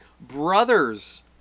Brothers